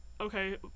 okay